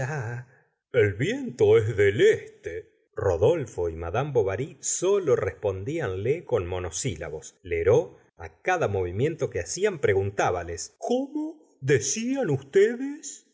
e viento es del este rodolfo y madame bovary sólo respondíanle con monosílabos lheureux cada movimiento que hacían preguntábales cómo decían ustedes